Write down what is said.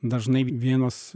dažnai vienos